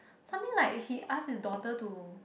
something like he ask his daughter to